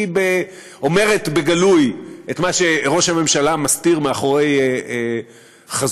היא אומרת בגלוי את מה שראש הממשלה מסתיר מאחורי חזותו,